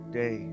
day